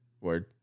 Word